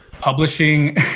publishing